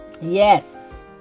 Yes